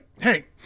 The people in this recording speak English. hey